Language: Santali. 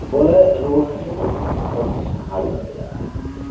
ᱵᱚᱞᱮ ᱨᱩᱭᱟᱹ ᱦᱟᱥᱩ ᱠᱷᱚᱱ ᱫᱚᱠᱚ ᱥᱟᱦᱟ ᱫᱟᱲᱮᱭᱟᱜᱼᱟ